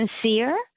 sincere—